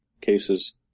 cases